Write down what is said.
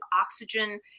oxygen